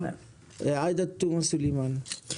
עאידה תומא סלימאן, בבקשה.